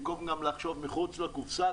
במקום לחשוב גם מחוץ לקופסה.